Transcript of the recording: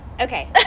Okay